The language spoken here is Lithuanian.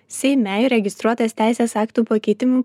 seime įregistruotas teisės aktų pakeitimų